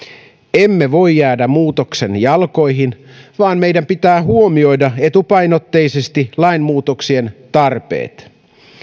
emme voi jäädä muutoksen jalkoihin vaan meidän pitää huomioida etupainotteisesti lainmuutoksien tarpeet